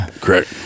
Correct